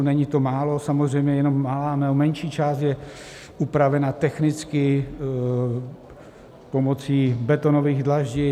Není to málo, samozřejmě jenom menší část je upravena technicky pomocí betonových dlaždic.